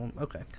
Okay